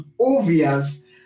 obvious